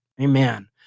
Amen